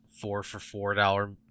four-for-four-dollar